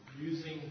using